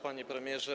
Panie Premierze!